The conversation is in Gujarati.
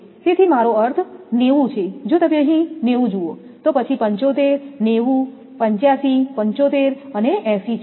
તેથી મારો અર્થ 90 છે જો તમે અહીં 90 જુઓ તો પછી 75 90 85 75 80 છે